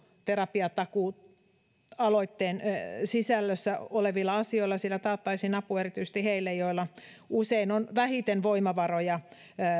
terapiatakuu aloitteen sisällössä olevilla asioilla todellakin taattaisiin apu erityisesti heille joilla usein on vähiten voimavaroja